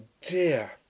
dear